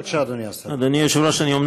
בבקשה, אדוני השר.